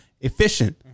efficient